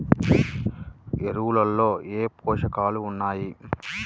ఎరువులలో ఏ పోషకాలు ఉన్నాయి?